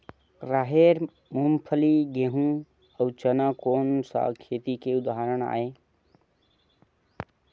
राहेर, मूंगफली, गेहूं, अउ चना कोन सा खेती के उदाहरण आवे?